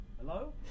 Hello